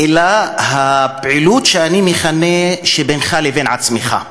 אלא הפעילות שאני מכנה "בינך לבין עצמך".